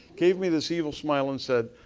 gave me this evil smile and said,